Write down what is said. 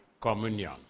communion